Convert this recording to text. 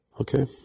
Okay